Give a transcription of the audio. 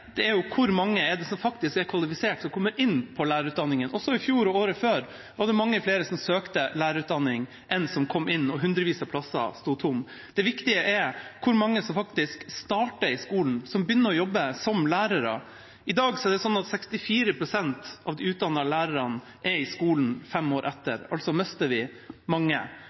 er jo hvor mange av dem som er kvalifisert som faktisk kommer inn på lærerutdanningen. Også i fjor og året før var det mange flere som søkte på lærerutdanning, enn som kom inn, og hundrevis av plasser sto tomme. Det viktige er hvor mange som faktisk starter i skolen, og som begynner å jobbe som lærere. I dag er 64 pst. av dem som er utdannet lærere, i skolen fem år etterpå. Vi mister altså mange. Vi har også altfor mange